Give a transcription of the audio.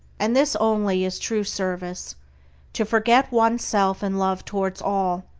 and this only is true service to forget oneself in love towards all,